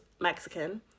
Mexican